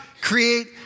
create